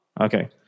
Okay